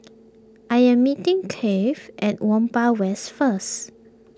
I am meeting Keith at Whampoa West first